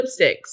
lipsticks